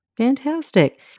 Fantastic